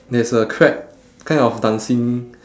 there's a crab kind of dancing